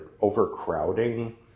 overcrowding